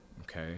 Okay